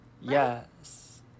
Yes